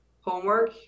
homework